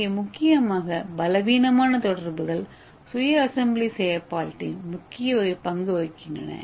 இங்கே முக்கியமாக பலவீனமான தொடர்புகள் சுய அசெம்பிளி செயல்பாட்டில் முக்கிய பங்கு வகிக்கின்றன